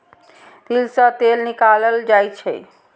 तिल सं तेल निकालल जाइ छै